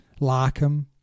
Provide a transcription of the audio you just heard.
Larkham